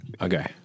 Okay